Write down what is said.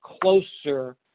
closer